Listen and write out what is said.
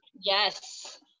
Yes